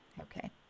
Okay